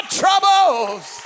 troubles